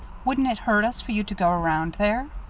wouldn't it hurt us for you to go around there?